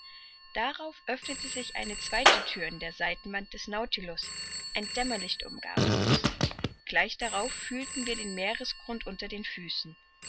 darauf öffnete sich eine zweite thür in der seitenwand des nautilus ein dämmerlicht umgab uns gleich darauf fühlten wir den meeresgrund unter den füßen